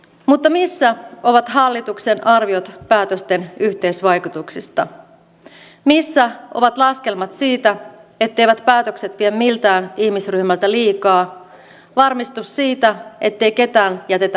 mutta missä ovat hallituksen arviot päätösten yhteisvaikutuksista missä ovat laskelmat siitä etteivät päätökset vie miltään ihmisryhmältä liikaa varmistus siitä ettei ketään jätetä heitteille